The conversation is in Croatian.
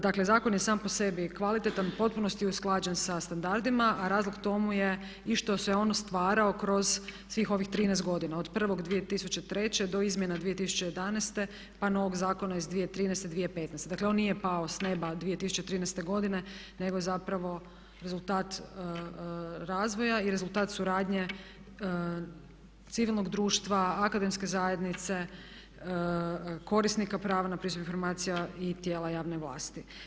Dakle zakon je sam po sebi kvalitetan, u potpunosti je usklađen sa standardima a razlog tomu je i što se on stvarao kroz svih ovih 13 godina od 1.2003. do izmjena 2011. pa novog zakona iz 2013., 2015. dakle on nije pao s neba 2013.godine nego je zapravo rezultat razvoja i rezultat suradnje civilnog društva, akademske zajednice, korisnika prava na pristup informacija i tijela javne vlasti.